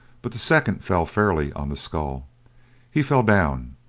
but the second fell fairly on the skull he fell down,